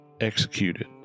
executed